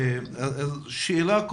שאלה.